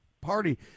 Party